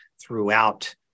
throughout